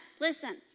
listen